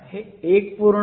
1 Nd होतं